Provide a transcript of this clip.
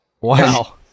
Wow